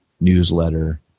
newsletter